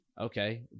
okay